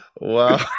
Wow